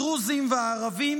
הדרוזים והערבים,